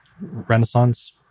Renaissance